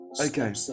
Okay